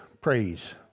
praise